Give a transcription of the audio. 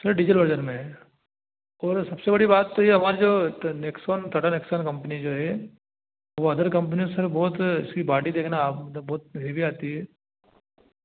थोड़ा diesel version में और सबसे बड़ी बात तो यह हमारी जो तो नेक्सन टाटा नेक्सम कंपनी जो है वह अदर कंपनी सर बहुत उसकी बॉडी देखना आप मतलब बहुत हैवी आती है